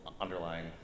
underlying